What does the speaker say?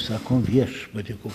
sakon viešpatie ko